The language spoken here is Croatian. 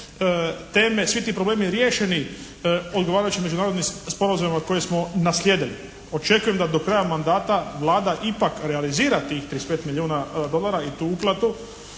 teme, svi ti problemi riješeni odgovarajućim međunarodnim sporazumima koje smo naslijedili. Očekujem da do kraja mandata Vlada ipak realizira tih 35 milijuna dolara i tu uplatu